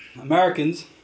Americans